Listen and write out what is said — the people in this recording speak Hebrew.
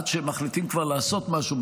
עד שהם מחליטים כבר לעשות משהו,